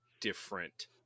different